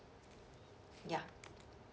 ya